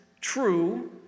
true